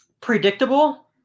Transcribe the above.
predictable